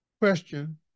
question